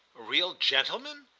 a real gentleman?